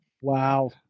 Wow